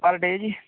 ਪਰ ਡੇਅ ਜੀ